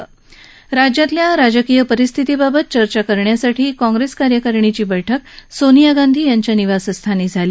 महाराष्ट्रातल्या राजकीय परिस्थितीबाबत चर्चा करण्यासाठी काँप्रेस कार्याकारणीची बैठक सोनिया गांधी यांच्या निवासस्थानी झाली